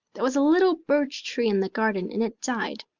there was a little birch tree in the garden and it died.